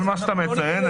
כל מה שאתה מציין,